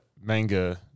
manga